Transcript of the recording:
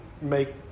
make